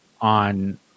on